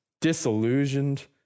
disillusioned